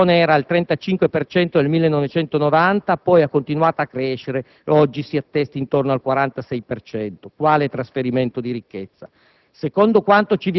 quella distribuzione era al 35 per cento nel 1990, poi ha continuato a crescere e oggi si attesta intorno al 46 per cento, quale trasferimento di ricchezza.